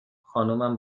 خانمم